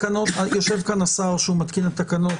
יושב כאן השר שהוא מתקין את התקנות.